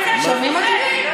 שומעים אותי?